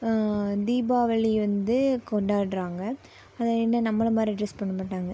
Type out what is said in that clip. தீபாவளி வந்து கொண்டாடுறாங்க அது என்ன நம்மளை மாதிரி ட்ரெஸ் பண்ண மாட்டாங்க